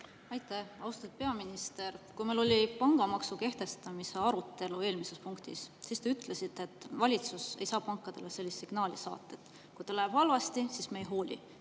Aitäh! Austatud peaminister! Kui meil oli pangamaksu kehtestamise arutelu eelmises punktis, siis te ütlesite, et valitsus ei saa saata pankadele sellist signaali, et kui neil läheb halvasti, siis me ei hooli,